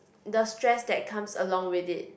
the stress that comes along with it